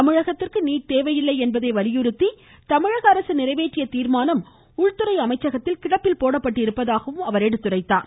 தமிழகத்திற்கு நீட் தேவையில்லை என்பதை வலியுறுத்தி தமிழக அரசு நிறைவேற்றிய தீர்மானம் உள்துறை அமைச்சகத்தில் கிடப்பில் போடப்பட்டிருப்பதாக அவர் சுட்டிக்காட்டினார்